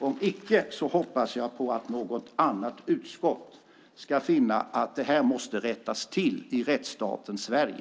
Om icke hoppas jag att något annat utskott ska finna att det här måste rättas till i rättsstaten Sverige.